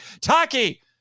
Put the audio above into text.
taki